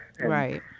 right